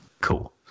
Cool